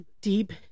deep